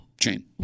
chain